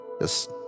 Yes